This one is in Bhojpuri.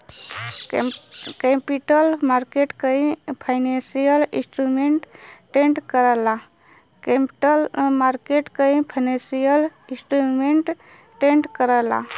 कैपिटल मार्केट कई फाइनेंशियल इंस्ट्रूमेंट ट्रेड करला